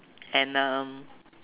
and um